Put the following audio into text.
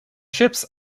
ships